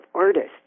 artists